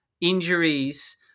injuries